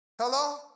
Hello